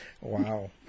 Wow